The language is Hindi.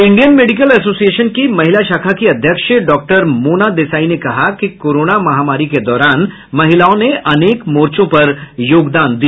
इंडियन मेडिकल ऐसोसिएशन की महिला शाखा की अध्यक्ष डॉक्टर मोना देसाई ने कहा कि कोरोना महामारी के दौरान महिलाओं ने अनेक मोर्चों पर योगदान किया